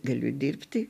galiu dirbti